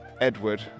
Edward